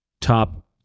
top